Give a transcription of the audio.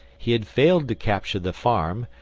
he had failed to capture the farm,